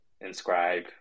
inscribe